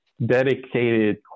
dedicated